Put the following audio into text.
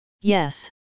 yes